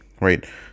right